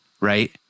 right